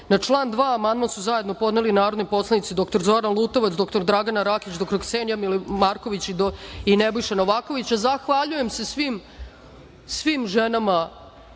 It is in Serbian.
član 2. amandman su zajedno podneli narodni poslanici dr. Zoran Lutovac, dr. Dragana Rakić, dr. Ksenija Marković i Nebojša Novaković. Zahvaljujem se svim ženama